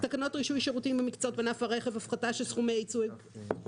תקנות רישוי שירותים ומקצועות בענף הרכב (הפחתה של סכומי העיצום